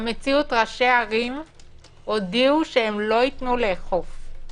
במציאות ראשי ערים הודיעו שלא ייתנו לאכוף.